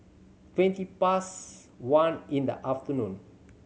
twenty past one in the afternoon